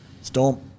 storm